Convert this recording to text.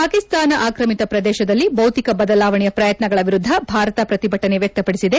ಪಾಟಿಸ್ತಾನ ಅಕ್ರಮಿತ ಪ್ರದೇಶಗಳಲ್ಲಿ ಭೌತಿಕ ಬದಲಾವಣೆಯ ಪ್ರಯತ್ನಗಳ ವಿರುದ್ಧ ಭಾರತ ಪ್ರತಿಭಟನೆ ವ್ಯಕ್ತಪಡಿಸಿದೆ